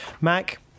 Mac